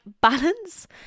balance